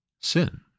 sin